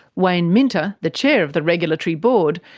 wayne minter, the chair of the regulatory board,